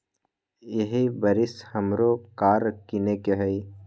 इहे बरिस हमरो कार किनए के हइ